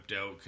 out